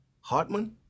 Hartman